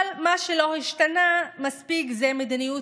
אבל מה שלא השתנה מספיק זה מדיניות